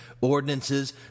Ordinances